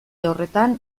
horretan